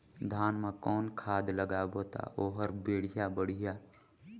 धान मा कौन खाद लगाबो ता ओहार बेडिया बाणही?